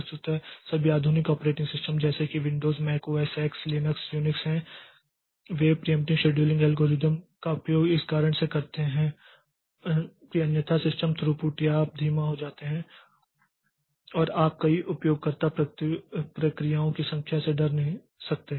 वस्तुतः सभी आधुनिक ऑपरेटिंग सिस्टम जैसे कि Windows Mac OS X Linux और यूनिक्स हैं वे प्रियेंप्टिव शेड्यूलिंग एल्गोरिदम का उपयोग इस कारण से करते हैं कि अन्यथा सिस्टम थ्रूपुट या आप धीमा हो जाते हैं और आप कई उपयोगकर्ता प्रक्रियाओं की संख्या से डर नहीं सकते